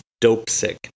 Dopesick